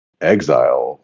exile